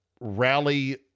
rally